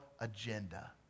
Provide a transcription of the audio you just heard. agenda